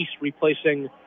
replacing